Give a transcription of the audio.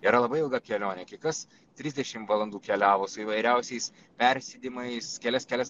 yra labai ilga kelionė kai kas trisdešim valandų keliavo su įvairiausiais persėdimais kelias kelias